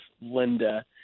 Linda